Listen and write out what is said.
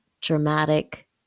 dramatic